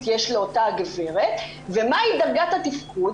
יש לאותה הגברת ומה היא דרגת התפקוד,